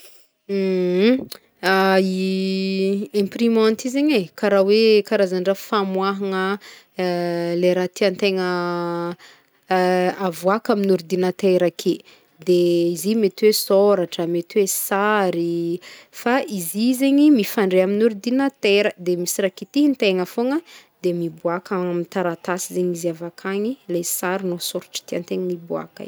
I imprimante i zegny e, karaha hoe karazandraha famoahagna le raha tiantegna avoàka amin'ny ordinatera ake, de izy i mety hoe sôratra, mety hoe sary fa izy i zegny mifandray amin'ny ordinatera, de misy raha kitihantegna fogna de miboàka amy taratasy zegny izy avy ankagny le sary nô soratra tianteegna iboàka igny.